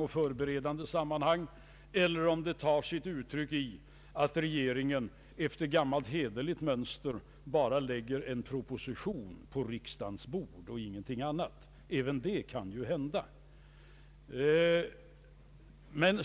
och förberedande sammanhang eller om det tar sig uttryck i att regeringen efter gammalt hederligt mönster bara lägger en proposition på riksdagens bord och ingenting annat — även det kan ju hända — så kommer han inte att tycka om vår linje.